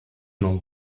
know